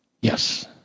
Yes